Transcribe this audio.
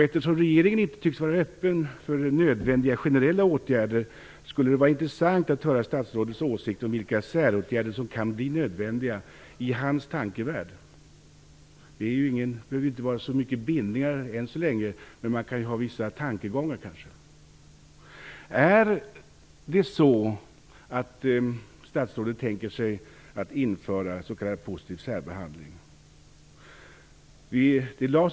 Eftersom regeringen inte tycks vara öppen för nödvändiga generella åtgärder skulle det vara intressant att höra statsrådets åsikt om vilka säråtgärder som kan bli nödvändiga i hans tankevärld. Det behöver inte vara så mycket av bindningar så här långt, men vissa tankegångar finns kanske. Tänker sig statsrådet att införa s.k. positiv särbehandling?